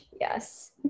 yes